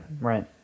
right